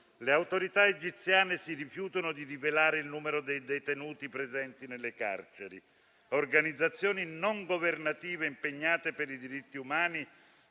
Le autorità egiziane si rifiutano di rivelare il numero dei detenuti presenti nelle carceri. Organizzazioni non governative impegnate per i diritti umani